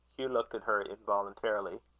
hugh looked at her involuntarily.